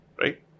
right